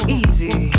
easy